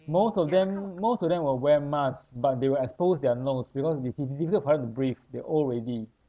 most of them most of them will wear masks but they will expose their nose because it's di~ di~ difficult for them to breathe they old already